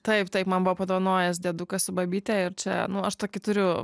taip taip man buvo padovanojęs diedukas su babyte ir čia aš tokį turiu